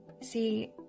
see